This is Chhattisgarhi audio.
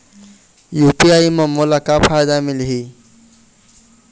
यू.पी.आई म मोला का फायदा मिलही?